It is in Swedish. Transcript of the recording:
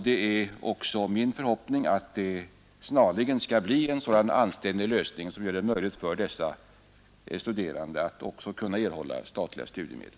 Det är också min förhoppning att man snarligen skall komma fram till en sådan anständig lösning som gör det möjligt för dessa studerande att också erhålla statliga studiemedel.